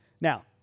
Now